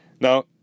Now